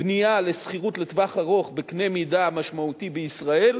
בנייה לשכירות לטווח ארוך בקנה-מידה משמעותי בישראל,